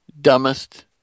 Dumbest